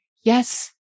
Yes